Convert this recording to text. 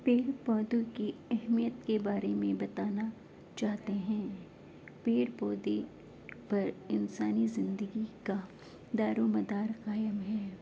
پیڑ پودوں کی اہمیت کے بارے میں بتانا چاہتے ہیں پیڑ پودے پر انسانی زندگی کا دار و مدار قائم ہے